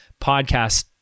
podcast